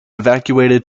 evacuated